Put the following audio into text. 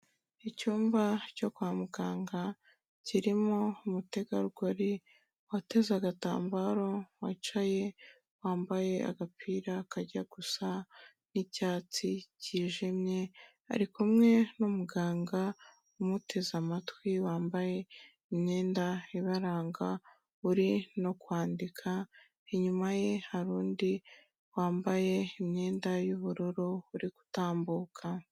Icyumba cyo kwa muganga kirimo umutegarugori wateze agatambaro wicaye, wambaye agapira akajya gusa n'icyatsi kijimye ari kumwe n'umuganga umuteze amatwi, wambaye imyenda ibaranga uri no kwandika, inyuma ye hari undi wambaye imyenda y'ubururu uri gutambuka.